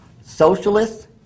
Socialists